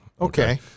Okay